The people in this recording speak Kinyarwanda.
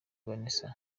vanessa